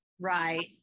Right